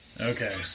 okay